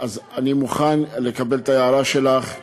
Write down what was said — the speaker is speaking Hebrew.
אני מוכן לקבל את ההערה שלך.